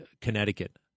Connecticut